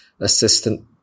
assistant